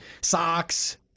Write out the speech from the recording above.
Socks